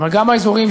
מדינת ישראל נותנת